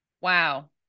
Wow